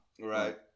right